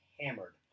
hammered